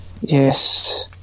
Yes